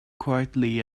quietly